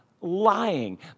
lying